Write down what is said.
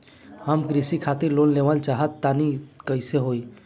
हम कृषि खातिर लोन लेवल चाहऽ तनि कइसे होई?